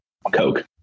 Coke